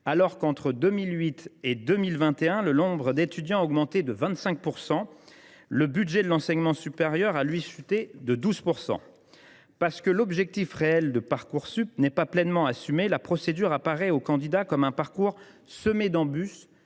alors qu’entre 2008 et 2021 le nombre d’étudiants a augmenté de 25 %, le budget de l’enseignement supérieur a quant à lui chuté de 12 %. Parce que l’objectif réel de Parcoursup n’est pas pleinement assumé, la procédure s’apparente pour les candidats à un parcours semé d’embûches,